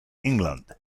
england